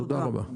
תודה רבה.